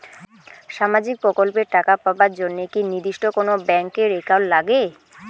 সামাজিক প্রকল্পের টাকা পাবার জন্যে কি নির্দিষ্ট কোনো ব্যাংক এর একাউন্ট লাগে?